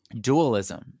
dualism